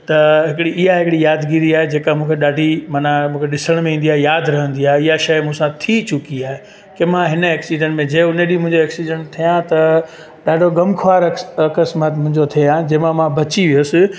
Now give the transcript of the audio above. त हिकिड़ी इहा हिकिड़ी यादिगीरी आहे जेका मूंखे ॾाढी माना मूंखे ॾिसण में ईंदी आहे यादि रहंदी आहे इहा शइ मूं सां थी चुकी आहे की मां हिन एक्सिडंट में जंहिं हुन ॾींहं एक्सिडंट थिए हा त ॾाढो ग़मख़्वारी एक्स अकस्मात मुंहिंजो थिए हां जंहिं मां मां बची वियुसि